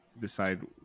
decide